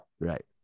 Right